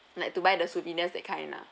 like to buy the souvenirs that kind ah